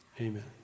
amen